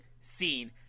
scene